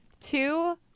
two